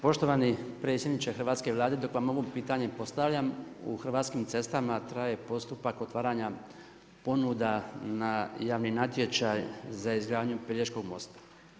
Poštovani predsjedniče hrvatske Vlade dok vam ovo pitanje postavljam u Hrvatskim cestama traje postupak otvaranja ponuda na javni natječaj za izgradnju Pelješkog mosta.